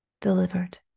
delivered